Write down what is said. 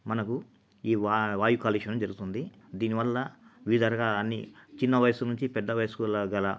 మనకు ఈ వా వాయు కాలుష్యం జరుగుతుంది దీని వల్ల వివిధ రకాలన్నీ చిన్న వయసు నుంచి పెద్ద వయసులో గల